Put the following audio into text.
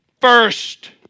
first